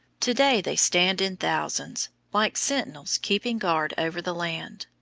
to-day they stand in thousands, like sentinels keeping guard over the land.